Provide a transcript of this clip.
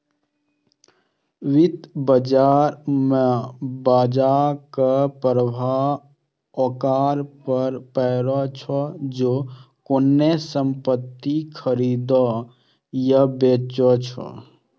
वित्त बाजार मे बाजरक प्रभाव ओकरा पर पड़ै छै, जे कोनो संपत्ति खरीदै या बेचै छै